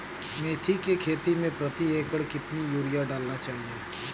मेथी के खेती में प्रति एकड़ कितनी यूरिया डालना चाहिए?